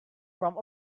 from